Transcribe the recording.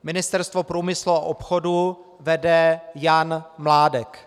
Ministerstvo průmyslu a obchodu vede Jan Mládek.